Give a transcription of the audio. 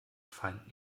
feind